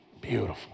Beautiful